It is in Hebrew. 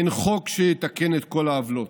אין חוק שיתקן את כל העוולות,